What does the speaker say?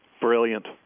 Brilliant